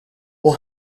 will